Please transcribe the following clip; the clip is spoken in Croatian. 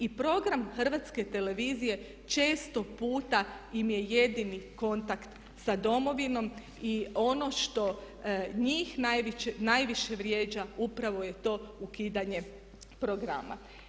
I program Hrvatske televizije često puta im je jedini kontakt sa Domovinom i ono što njih najviše vrijeđa upravo je to ukidanje programa.